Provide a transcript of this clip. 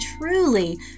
truly